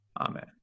Amen